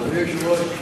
בבקשה,